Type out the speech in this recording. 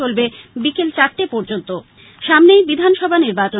চলবে বিকেল চারটে পর্যন্ত সামনেই বিধানসভা নির্বাচন